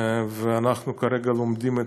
ואנחנו כרגע לומדים אותה.